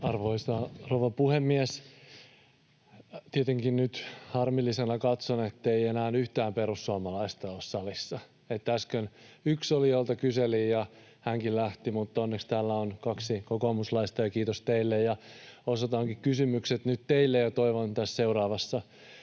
Arvoisa rouva puhemies! Tietenkin nyt harmistuneena katson, ettei enää yhtään perussuomalaista ole salissa. Äsken yksi oli, jolta kyselin, ja hänkin lähti. Mutta onneksi täällä on kaksi kokoomuslaista — kiitos teille — ja osoitankin kysymykset nyt teille ja toivon seuraavassa